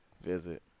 visit